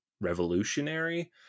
revolutionary